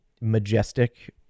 majestic